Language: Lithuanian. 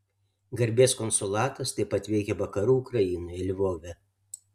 garbės konsulatas taip pat veikia vakarų ukrainoje lvove